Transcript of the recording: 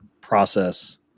process